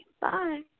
Bye